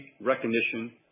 recognition